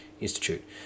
Institute